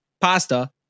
pasta